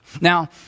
Now